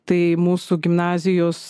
tai mūsų gimnazijos